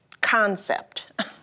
concept